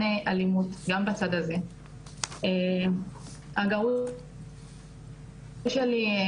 שלי פשוט חי איתי בזירה שמרושתת מצלמות עשרים וארבע-שבע כל הזמן.